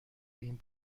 این